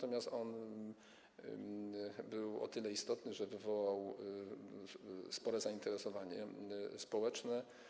On był o tyle istotny, że wywołał spore zainteresowanie społeczne.